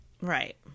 Right